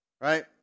right